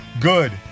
good